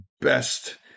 best